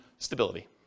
Stability